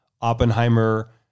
Oppenheimer